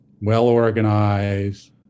well-organized